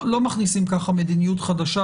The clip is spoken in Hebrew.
לא מכניסים ככה מדיניות חדשה,